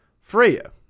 Freya